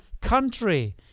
country